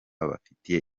bafitiye